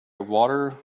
water